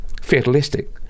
fatalistic